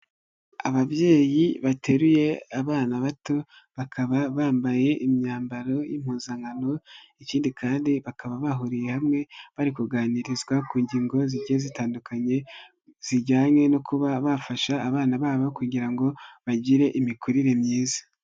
Ababyeyi bateruye abana bato, bakaba bambaye imyambaro y'impuzankano, ikindi kandi bakaba bahuriye hamwe, bari kuganirizwa ku ngingo zigiye zitandukanye, zijyanye no kuba bafasha abana babo kugira ngo bagire imikurire myiza.